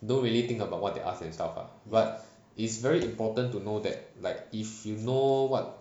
don't really think about what they ask themself lah but is very important to know that like if you know what